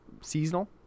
seasonal